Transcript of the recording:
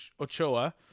Ochoa